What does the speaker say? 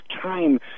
time